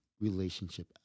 relationship